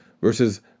versus